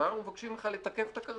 אבל אנחנו מבקשים ממך לתקף את הכרטיס,